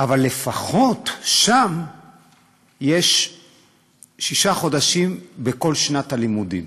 אבל לפחות שם יש שישה חודשים בכל שנת הלימודים,